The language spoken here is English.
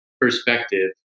perspective